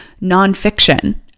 nonfiction